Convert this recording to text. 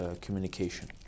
communication